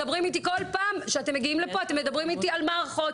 מדברים איתי כל פעם שאתם מגיעים לפה אתם מדברים איתי על מערכות.